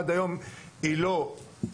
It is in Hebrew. עד היום היא לא פורסמה.